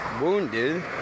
wounded